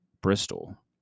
Bristol